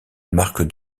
marque